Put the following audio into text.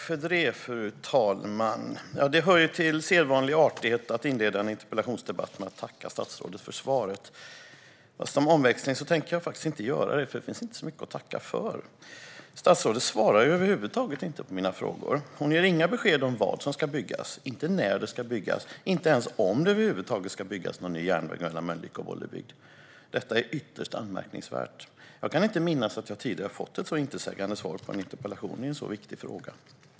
Fru talman! Det hör till sedvanlig artighet att inleda ett anförande efter ett interpellationssvar med att tacka statsrådet för svaret. Som omväxling tänker jag faktiskt inte göra det, för det finns inte så mycket att tacka för. Statsrådet svarar över huvud taget inte på mina frågor. Hon ger inga besked om vad som ska byggas. Hon säger inte när det ska byggas och inte ens om det över huvud taget ska byggas någon ny järnväg mellan Mölnlycke och Bollebygd. Detta är ytterst anmärkningsvärt. Jag kan inte minnas att jag tidigare har fått ett så intetsägande svar på en interpellation i en så viktig fråga.